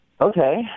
Okay